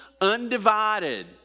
undivided